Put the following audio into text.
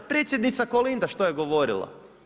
Predsjednica Kolinda, što je govorila?